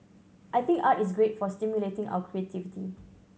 I think art is great for stimulating our creativity